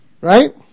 Right